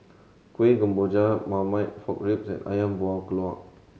Kueh Kemboja Marmite Pork Ribs and Ayam Buah Keluak